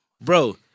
Bro